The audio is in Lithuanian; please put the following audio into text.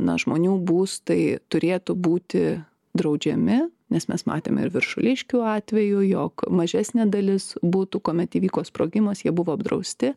na žmonių būstai turėtų būti draudžiami nes mes matėme ir viršuliškių atvejų jog mažesnė dalis butų kuomet įvyko sprogimas jie buvo apdrausti